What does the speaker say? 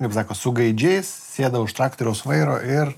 kaip sako su gaidžiais sėda už traktoriaus vairo ir